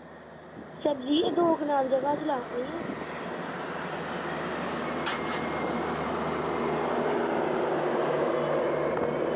ते बी दो कनाल जगह उप्पर लानै ऐ